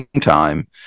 time